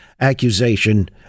accusation